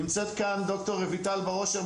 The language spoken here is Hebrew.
נמצאת כאן ד"ר רויטל בר אושר,